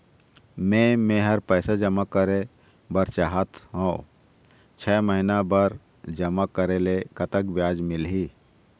मे मेहर पैसा जमा करें बर चाहत हाव, छह महिना बर जमा करे ले कतक ब्याज मिलही?